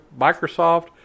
Microsoft